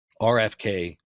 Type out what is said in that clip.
RFK